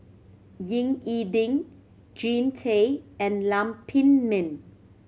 Ying E Ding Jean Tay and Lam Pin Min